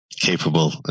capable